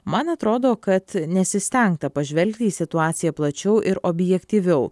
man atrodo kad nesistengta pažvelgti į situaciją plačiau ir objektyviau